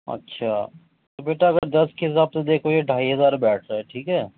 اچھا بیٹا اگر دس کے حساب سے دیکھو گے ڈھائی ہزار بیٹھ رہا ہے ٹھیک ہے